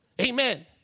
Amen